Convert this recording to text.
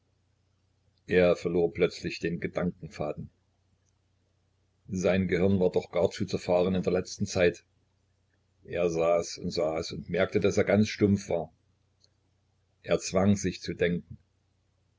er verlor plötzlich den gedankenfaden sein gehirn war doch gar zu zerfahren in der letzten zeit er saß und saß und merkte daß er ganz stumpf war er zwang sich zu denken